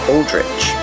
Aldrich